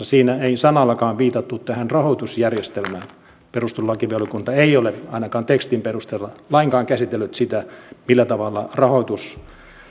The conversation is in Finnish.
siinä ei sanallakaan viitattu tähän rahoitusjärjestelmään perustuslakivaliokunta ei ole ainakaan tekstin perusteella lainkaan käsitellyt sitä millä tavalla rahoitus